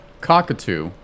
cockatoo